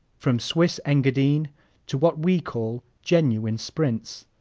from swiss engadine to what we call genuine sprinz.